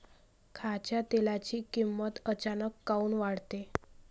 खाच्या तेलाची किमत अचानक काऊन वाढते?